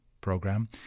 program